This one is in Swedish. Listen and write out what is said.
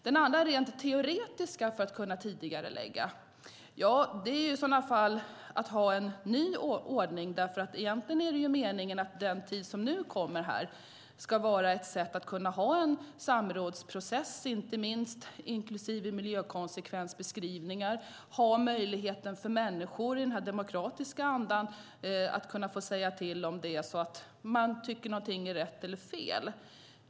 Det andra rent teoretiska sättet att kunna tidigarelägga öppnandet är att införa en ny ordning. Egentligen är det meningen att det ska ske en samrådsprocess, inte minst inklusive miljökonsekvensbeskrivningar, under den tid som nu kommer. Det ska i demokratisk anda finnas en möjlighet för människor att säga om de tycker att någonting är rätt eller fel.